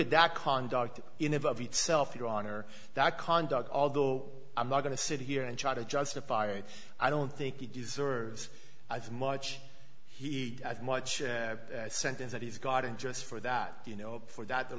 at that conduct in of of itself your honor that conduct although i'm not going to sit here and try to justify it i don't think he deserves i think much he as much a sentence that he's gotten just for that you know for that